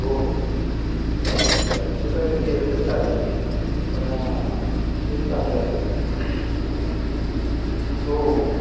हो हो चालेल चारशेपर्यंत गेलं तरी चालेल पण स्कीम चांगली असावी हो हो